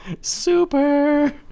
Super